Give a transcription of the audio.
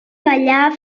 ballar